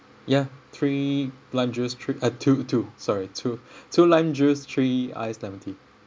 ya three lime juice three~ uh two two sorry two two lime juice three ice lemon tea